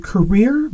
Career